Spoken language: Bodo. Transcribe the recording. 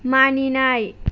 मानिनाय